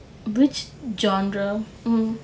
which genre